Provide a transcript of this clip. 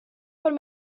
von